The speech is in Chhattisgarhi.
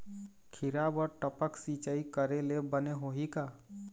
खिरा बर टपक सिचाई करे ले बने होही का?